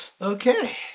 Okay